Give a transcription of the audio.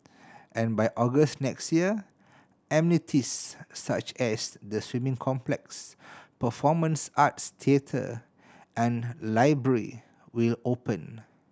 and by August next year amenities such as the swimming complex performance arts theatre and library will open